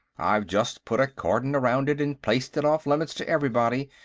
i've just put a cordon around it and placed it off limits to everybody.